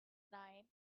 nine